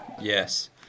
Yes